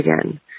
again